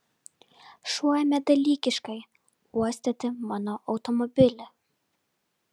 šuo ėmė dalykiškai uostyti mano automobilį